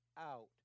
out